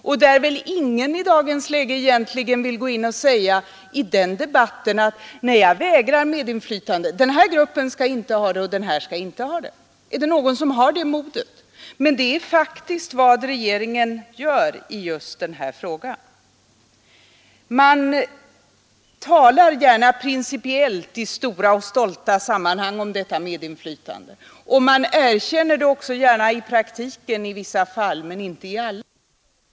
Ingen vill väl i dagens läge gå in i debatten och säga: Nej, jag vägrar medinflytande. Den eller den gruppen skall inte ha något medinflytande. Är det någon som har det modet? Men det är faktiskt vad regeringen gör i just den här frågan. Man talar gärna principiellt i stora och svepande sammanhang om rätten till medinflytande, och man erkänner också gärna i praktiken i vissa fall, men inte i alla, denna rätt till medinflytande.